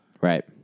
Right